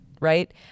right